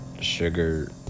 Sugar